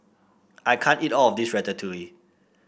I can't eat all of this Ratatouille